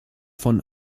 von